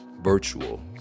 virtual